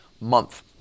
month